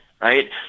right